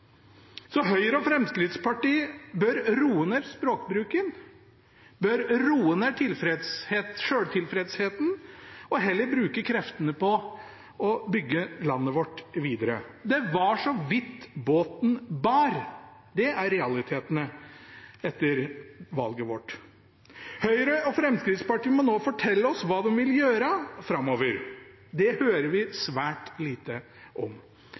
så vidt båten bar – det er realitetene etter valget. Høyre og Fremskrittspartiet må nå fortelle oss hva de vil gjøre framover. Det hører vi svært lite om.